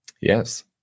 Yes